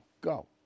Go